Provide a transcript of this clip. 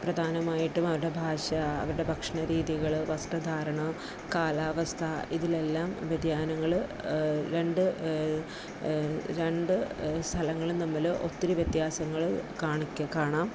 പ്രധാനമായിട്ടും അവരുടെ ഭാഷ അവരുടെ ഭക്ഷണരീതികൾ വസ്ത്രധാരണ കാലാവസ്ഥ ഇതിലെല്ലാം വ്യതിയാനങ്ങൾ രണ്ട് രണ്ട് സ്ഥലങ്ങളും തമ്മിൽ ഒത്തിരി വ്യത്യാസങ്ങൾ കാണിക്കാൻ കാണാം